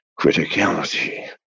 criticality